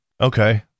Okay